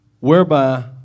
whereby